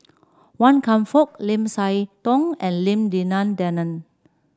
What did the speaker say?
Wan Kam Fook Lim Siah Tong and Lim Denan Denon